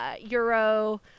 Euro